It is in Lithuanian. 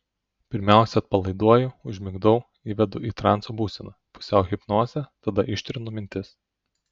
pirmiausia atpalaiduoju užmigdau įvedu į transo būseną pusiau hipnozę tada ištrinu mintis